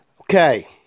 Okay